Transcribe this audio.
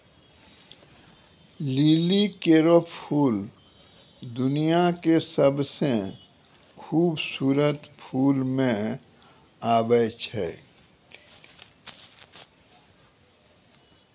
लिली केरो फूल दुनिया क सबसें खूबसूरत फूल म आबै छै